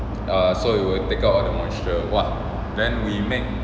err so you will take out all the moisture !wah! then we make